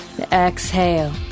Exhale